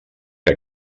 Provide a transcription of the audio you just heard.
que